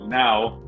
now-